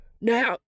now